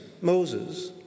Moses